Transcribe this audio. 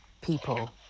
people